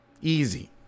easy